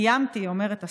קיימתי, אומרת השרה,